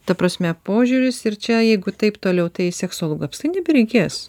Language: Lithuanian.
ta prasme požiūris ir čia jeigu taip toliau tai seksologų apskirtai nebereikės